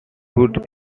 would